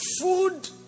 Food